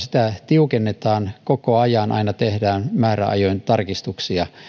tiukennetaan koko ajan aina tehdään määräajoin tarkistuksia